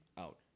Out